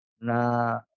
na